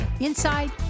inside